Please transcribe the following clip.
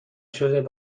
شروط